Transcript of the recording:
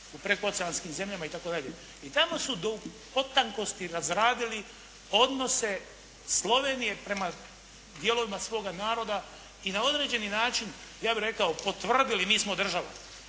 u prekooceanskim zemljama itd., i tamo su do u potankosti razradili odnose Slovenije prema dijelovima svoga naroda i na određeni način ja bih rekao potvrdili mi smo država.